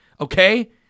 Okay